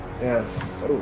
Yes